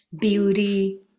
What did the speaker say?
beauty